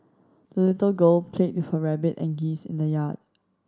the little girl played her rabbit and geese in the yard